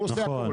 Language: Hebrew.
הוא עושה הכל,